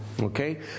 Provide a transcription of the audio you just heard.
Okay